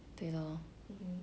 ya